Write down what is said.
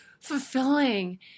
fulfilling